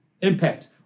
impact